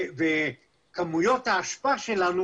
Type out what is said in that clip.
וכמויות האשפה שלנו